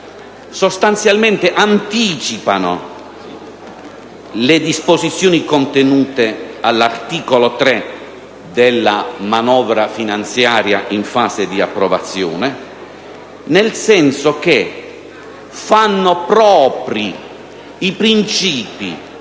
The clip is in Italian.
sostanzialmente le disposizioni contenute all'articolo 3 della manovra finanziaria in fase di approvazione, nel senso che fanno propri i principi